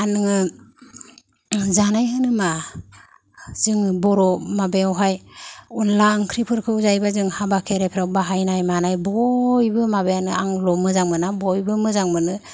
आरो नोङो जानाय होनोबा जोङो बर' माबायावहाय अनला ओंख्रिफोरखौ जायोबा जों हाबा खेरायफ्राव बाहायनाय मानाय बयबो माबायानो आंल' मोजां मोना बयबो मोजां मोनो